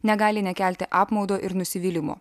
negali nekelti apmaudo ir nusivylimo